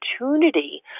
opportunity